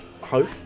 hope